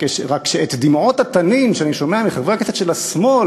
רק שאת דמעות התנין שאני רואה אצל חברי הכנסת של השמאל